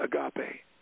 agape